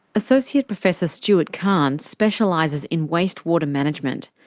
associate professor stuart khan specialises in wastewater management.